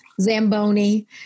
Zamboni